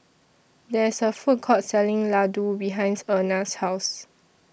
There IS A Food Court Selling Ladoo behinds Erna's House